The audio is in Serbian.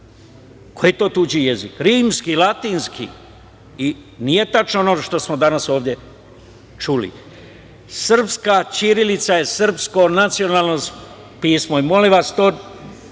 je to tuđi jezik, rimski, latinski i nije tačno ono što smo danas ovde čuli. Srpska ćirilica je srpsko nacionalno pismo i molim vas da